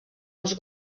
els